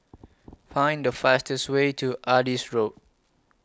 Find The fastest Way to Adis Road